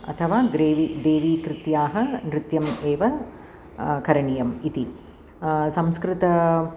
अथवा देवी देवीकृत्याः नृत्यम् एव करणीयम् इति संस्कृत